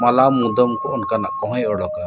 ᱢᱟᱞᱟᱼᱢᱩᱫᱟᱹᱢ ᱠᱚ ᱚᱱᱠᱟᱱᱟᱜ ᱠᱚᱦᱚᱸᱭ ᱚᱰᱚᱠᱟ